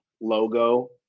logo